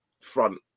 front